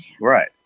right